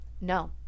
no